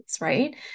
right